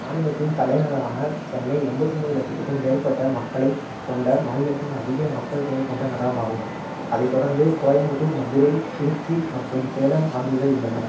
மாநிலத்தின் தலைநகரான சென்னை எண்பத்து ஒம்பது லட்சத்துக்கும் மேற்பட்ட மக்களைக் கொண்ட மாநிலத்தின் அதிக மக்கள்தொகை கொண்ட நகரமாகும் அதைத் தொடர்ந்து கோயம்புத்தூர் மதுரை திருச்சி மற்றும் சேலம் ஆகியவை உள்ளன